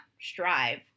strive